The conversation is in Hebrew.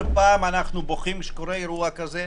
כל פעם אנחנו בוכים כשקורה אירוע כזה.